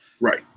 Right